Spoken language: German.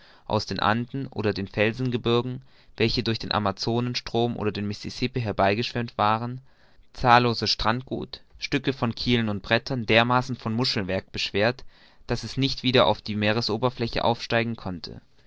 aus den anden oder den felsengebirgen welche durch den amazonenstrom oder den mississippi herbeigeschwemmt waren zahlloses strandgut stücke von kielen und brettern dermaßen von muschelwerk beschwert daß es nicht wieder auf die meeresoberfläche aufsteigen konnte